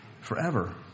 forever